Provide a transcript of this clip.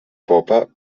popa